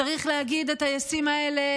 צריך להגיד לטייסים האלה,